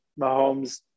Mahomes